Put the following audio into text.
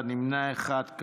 21, נמנע אחד.